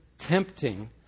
tempting